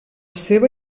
seva